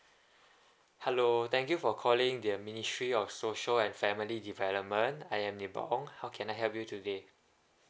hello thank you for calling the ministry of social and family development I am ni bong how can I help you today